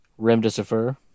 Remdesivir